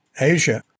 Asia